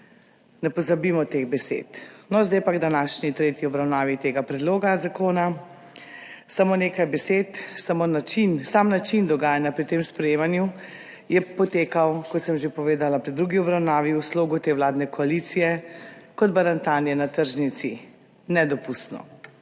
Ne pozabimo teh besed. No, zdaj pa k današnji tretji obravnavi tega predloga zakona. Samo nekaj besed. Sam način dogajanja pri tem sprejemanju je potekal, kot sem že povedala, v drugi obravnavi v slogu te vladne koalicije kot barantanje na tržnici – nedopustno.